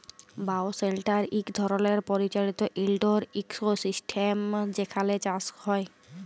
bioshelter ইক ধরলের পরিচালিত ইলডোর ইকোসিস্টেম যেখালে চাষ হ্যয়